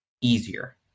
easier